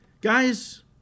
guys